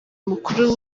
mukuru